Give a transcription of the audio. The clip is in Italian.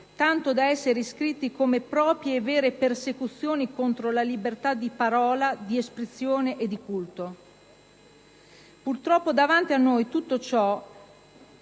tanto da essere iscritti come vere e proprie persecuzioni contro la libertà di parola, di espressione e di culto. Purtroppo, davanti a noi tutto ciò